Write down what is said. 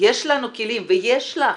יש לנו כלים ויש לך,